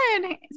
good